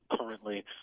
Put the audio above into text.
currently